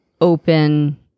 open